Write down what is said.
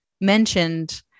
mentioned